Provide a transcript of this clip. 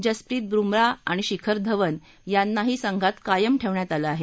जसप्रीत बुमराह आणि शिखन धवन यांनाही संघात कायम ठेवण्यात आलं आहे